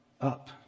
up